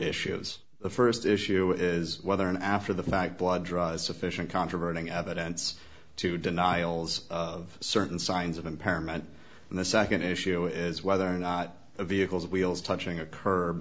issues the st issue is whether an after the fact blood draws sufficient controvert in evidence to denials of certain signs of impairment and the nd issue is whether or not the vehicles wheels touching a curb